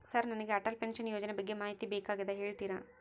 Sir ನನಗೆ Atal pension ಯೋಜನೆ ಬಗ್ಗೆ ಮಾಹಿತಿ ಬೇಕಾಗ್ಯದ ಹೇಳ್ತೇರಾ?